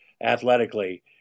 athletically